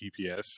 GPS